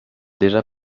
déjà